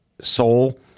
soul